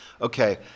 okay